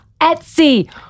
Etsy